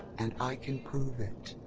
and i can prove it.